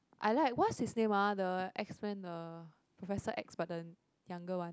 I like what's his name ah the X men the Professor X but the younger one